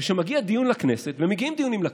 וכשמגיע דיון לכנסת, ומגיעים דיונים לכנסת,